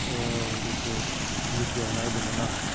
जितु मिडियाआव नायदोंमोन आं